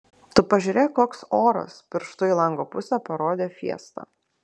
tu pažiūrėk koks oras pirštu į lango pusę parodė fiesta